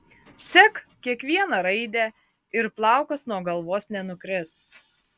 sek kiekvieną raidę ir plaukas nuo galvos nenukris